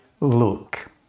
Luke